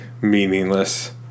meaningless